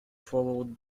followed